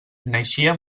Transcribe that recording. naixia